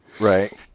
right